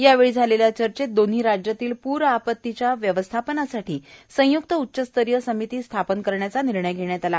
यावेळी झालेल्या चर्चेत दोन्ही राज्यांतील प्र आपतीच्या व्यवस्थापनासाठी संयुक्त उच्चस्तरीय समिती स्थापन करण्याचा निर्णय घेण्यात आला